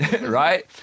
right